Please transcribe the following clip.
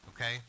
okay